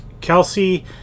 Kelsey